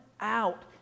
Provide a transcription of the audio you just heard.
out